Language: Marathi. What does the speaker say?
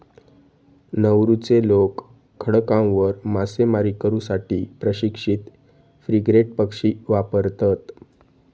नौरूचे लोक खडकांवर मासेमारी करू साठी प्रशिक्षित फ्रिगेट पक्षी वापरतत